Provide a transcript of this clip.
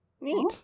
Neat